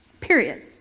period